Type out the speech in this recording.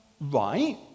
right